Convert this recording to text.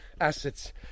assets